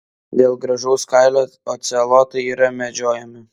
dėl gražaus kailio ocelotai yra medžiojami